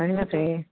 হয় আছে